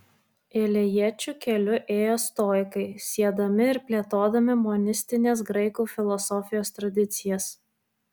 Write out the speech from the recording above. elėjiečių keliu ėjo stoikai siedami ir plėtodami monistinės graikų filosofijos tradicijas